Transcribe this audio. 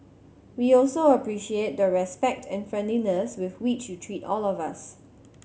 we also appreciate the respect and friendliness with which you treat all of us